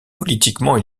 politiquement